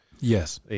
Yes